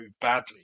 badly